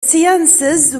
seances